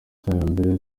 iterambere